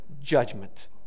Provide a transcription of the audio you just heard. judgment